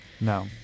No